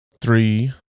Three